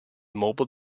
mobile